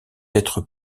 être